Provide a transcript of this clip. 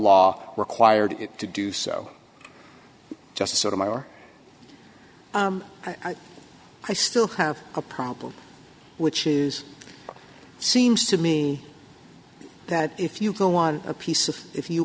law required to do so just sort of are i still have a problem which is seems to me that if you go on a piece of if you